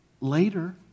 later